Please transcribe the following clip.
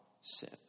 sin